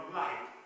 light